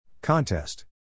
Contest